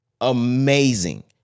amazing